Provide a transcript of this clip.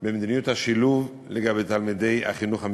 במדיניות השילוב לגבי תלמידי החינוך המיוחד.